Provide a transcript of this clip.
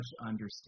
understand